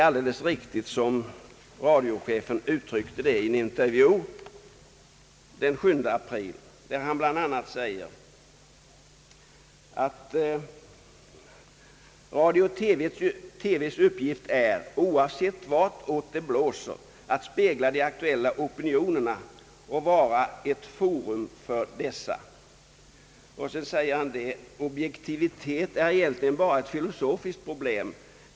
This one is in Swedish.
Radiochefen har tagit upp dessa frå gor i en intervju den 7 april. Han säger där bl.a.: »Radio-TV:s uppgift är — oavsett vartåt det blåser — att spegla de aktuella opinionerna och vara ett forum för dessa. — Objektivitet är egentligen bara ett filosofiskt problem.